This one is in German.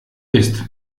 ist